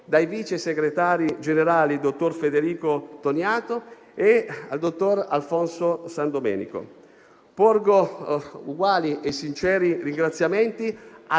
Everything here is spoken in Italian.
dai vicesegretari generali dottor Federico Toniato e dottor Alfonso Sandomenico. Porgo uguali e sinceri ringraziamenti